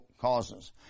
causes